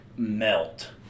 Melt